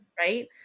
Right